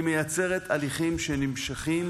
היא מייצרת הליכים שנמשכים